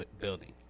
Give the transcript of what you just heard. building